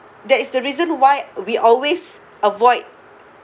that is the reason why we always avoid